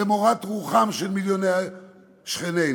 למורת רוחם של מיליוני שכנינו.